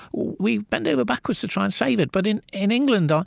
we bend over backwards to try and save it. but in in england, ah